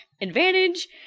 advantage